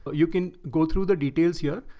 you can go through the details here.